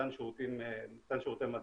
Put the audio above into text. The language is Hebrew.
מתן שירותי מטבע,